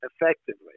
effectively